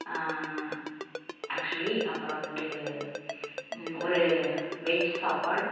actually அப்றம் வந்துட்டு ஒரு வெஜ் சாப்பாடு